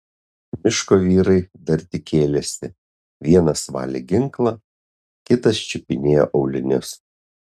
miško vyrai dar tik kėlėsi vienas valė ginklą kitas čiupinėjo aulinius